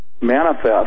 manifest